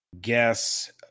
guess